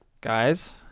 Guys